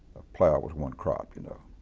plough was one crop, you know,